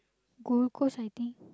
Gold-Coast I think